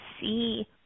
see